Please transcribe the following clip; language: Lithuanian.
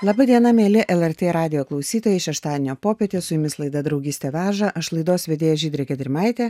laba diena mieli lrt radijo klausytojai šeštadienio popietę su jumis laida draugystė veža aš laidos vedėja žydrė gedrimaitė